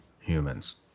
humans